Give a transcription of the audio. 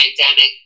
pandemic